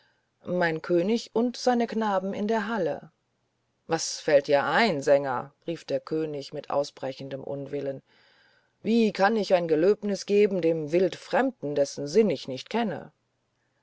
mein könig und seine knaben in der halle was fällt dir ein sänger rief der könig mit ausbrechendem unwillen wie kann ich ein gelöbnis geben dem wildfremden dessen sinn ich nicht kenne